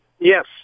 Yes